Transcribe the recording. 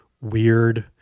weird